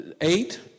eight